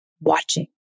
watching